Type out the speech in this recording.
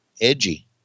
edgy